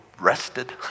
rested